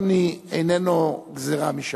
עוני איננו גזירה משמים.